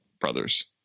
brothers